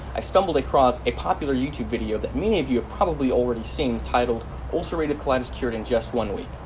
i stumbled across a popular youtube video that many of you have probably already seen titled ulcerative colitis cured in just one week.